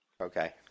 Okay